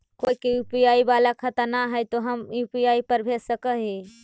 कोय के यु.पी.आई बाला खाता न है तो हम यु.पी.आई पर भेज सक ही?